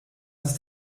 ist